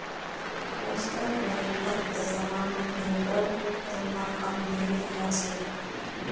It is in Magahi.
पोस्टल बैंकत सामान्य बैंकेर तुलना कम भीड़ ह छेक